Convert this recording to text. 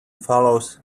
follows